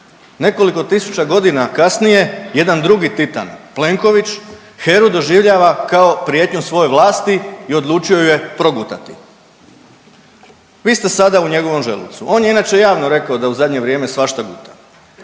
Nekoliko tisuća godina kasnije jedan drugi titan Plenković HERA-u doživljava kao prijetnju svoje vlasti i odlučio ju je progutati. Vi ste sada u njegovom želucu, on je inače javno rekao da u zadnje vrijeme svašta guta.